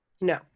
No